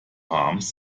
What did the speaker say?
harms